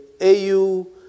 AU